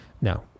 no